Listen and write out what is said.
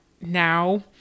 now